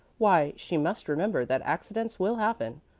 why, she must remember that accidents will happen,